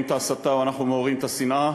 את ההסתה או אנחנו מעוררים את השנאה,